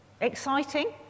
Exciting